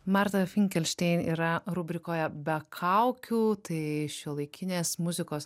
marta finkelštein yra rubrikoje be kaukių tai šiuolaikinės muzikos